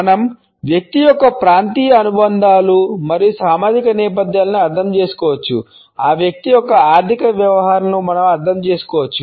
మనం వ్యక్తి యొక్క ప్రాంతీయ అనుబంధాలు మరియు సామాజిక నేపథ్యాలను అర్థం చేసుకోవచ్చు ఆ వ్యక్తి యొక్క ఆర్థిక వ్యవహారాలను మనం అర్థం చేసుకోవచ్చు